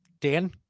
Dan